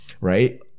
right